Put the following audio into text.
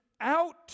out